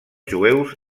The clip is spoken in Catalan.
jueus